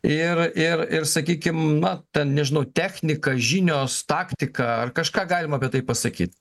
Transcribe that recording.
ir ir ir sakykim na nežinau technika žinios taktika ar kažką galima apie tai pasakyt